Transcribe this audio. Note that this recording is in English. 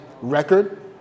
record